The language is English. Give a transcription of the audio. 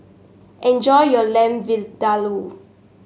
enjoy your Lamb Vindaloo